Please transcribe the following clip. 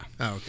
Okay